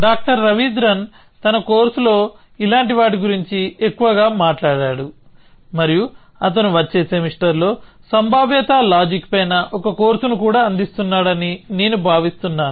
doctor Ravindran తన కోర్సులో ఇలాంటి వాటి గురించి ఎక్కువగా మాట్లాడాడు మరియు అతను వచ్చే సెమిస్టర్లో సంభావ్యత లాజిక్ పైన ఒక కోర్సును కూడా అందిస్తున్నాడని నేను భావిస్తున్నాను